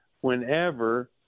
whenever